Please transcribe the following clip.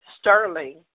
Sterling